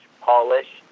polish